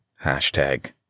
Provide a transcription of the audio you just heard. Hashtag